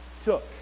took